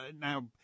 now